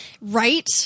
right